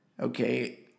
okay